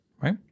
right